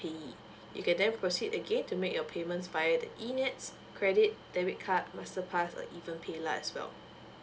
you can then proceed again to make your payment via the e net credit debit card masterpass or even paylah as well